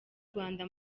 rwanda